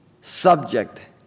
subject